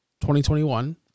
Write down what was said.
2021